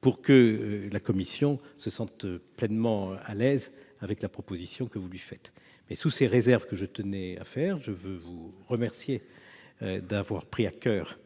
pour que la commission se sente pleinement à l'aise avec la proposition que vous lui faites. Sous ces réserves, je veux vous remercier d'avoir pris à coeur